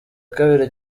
kabiri